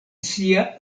sia